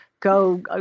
go